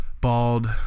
Bald